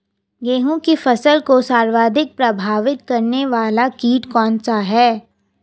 गेहूँ की फसल को सर्वाधिक प्रभावित करने वाला कीट कौनसा है?